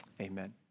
Amen